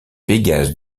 pégase